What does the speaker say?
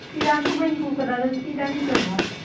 ᱪᱮᱜ ᱨᱟᱱ ᱦᱚᱸ ᱵᱟᱹᱧ ᱟᱜᱩ ᱟᱠᱟᱫᱟ ᱟᱫᱚ ᱪᱮᱫ ᱨᱟᱱᱤᱧ ᱡᱚᱢᱟ